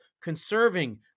conserving